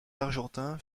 argentins